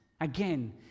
Again